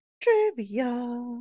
Trivia